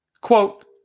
Quote